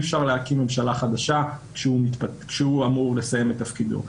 אפשר להקים ממשלה חדשה כשהוא אמור לסיים את תפקידו.